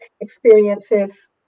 experiences